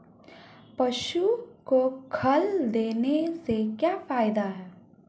पशु को खल देने से क्या फायदे हैं?